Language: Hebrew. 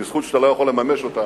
כי זכות שאתה לא יכול לממש אותה,